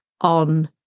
on